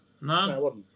No